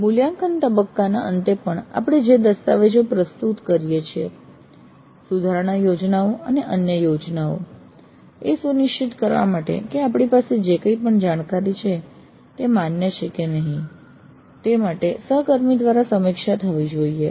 મૂલ્યાંકન તબક્કાના અંતે પણ આપણે જે દસ્તાવેજો પ્રસ્તુત કરીએ છીએ સુધારણા યોજનાઓ અને અન્ય યોજનાઓ એ સુનિશ્ચિત કરવા માટે કે આપણી પાસે જે કઈંપણ જાણકારી છે તે માન્ય છે કે નહિ તે માટે સહકર્મી દ્વારા સમીક્ષા થવી જોઈએ